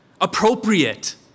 appropriate